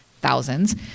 thousands